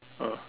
ah